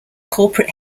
corporate